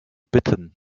bitten